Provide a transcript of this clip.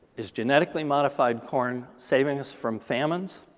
is genetically modified corn saving us from famines?